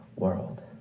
world